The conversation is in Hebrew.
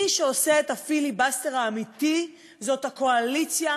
מי שעושה את הפיליבסטר האמתי זאת הקואליציה